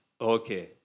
Okay